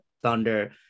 Thunder